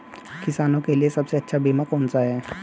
किसानों के लिए सबसे अच्छा बीमा कौन सा है?